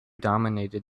dominated